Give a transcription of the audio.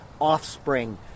offspring